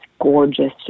gorgeous